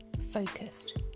focused